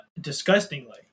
disgustingly